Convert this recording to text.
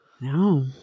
No